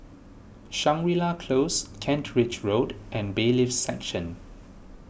Shangri La Close Kent Ridge Road and Bailiffs' Section